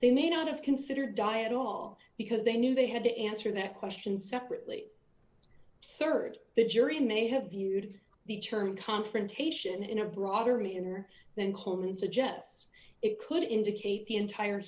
they may not have considered di at all because they knew they had to answer that question separately rd the jury may have viewed the term confrontation in a broader me in or than coleman suggests it could indicate the entire